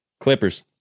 Clippers